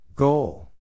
Goal